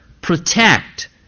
protect